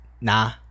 nah